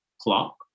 clock